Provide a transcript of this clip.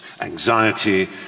anxiety